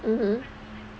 mmhmm